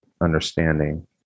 understanding